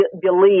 believe